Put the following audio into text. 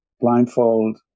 blindfold